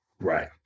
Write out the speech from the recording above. right